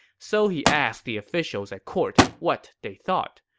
so he asked the officials at court what they thought.